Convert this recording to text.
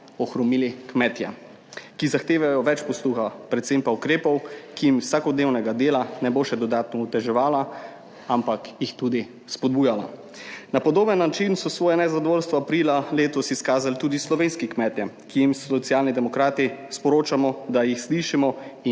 ohromili kmetje, ki zahtevajo več posluha, predvsem pa ukrepov, ki jim vsakodnevnega dela ne bo še dodatno oteževala, ampak jih tudi spodbujala. Na podoben način so svoje nezadovoljstvo aprila letos izkazali tudi slovenski kmetje, ki jim Socialni demokrati sporočamo, da jih slišimo in